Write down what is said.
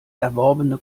erworbene